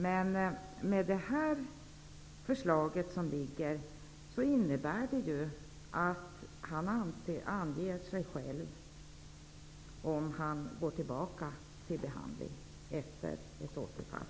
Det förslag som nu ligger på riksdagens bord innebär däremot att den narkotikaberoende anger sig själv om han går tillbaka till behandlingen efter ett återfall.